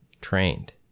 trained